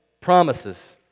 promises